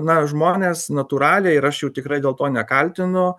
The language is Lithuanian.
na žmonės natūraliai ir aš jų tikrai dėl to nekaltinu